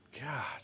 God